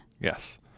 Yes